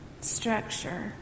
structure